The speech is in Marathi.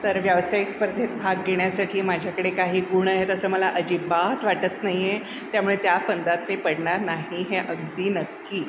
तर व्यावसायिक स्पर्धेत भाग घेण्यासाठी माझ्याकडे काही गुण आहेत असं मला अजिबात वाटत नाही आहे त्यामुळे त्या फंदात मी पडणार नाही हे अगदी नक्की